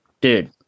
dude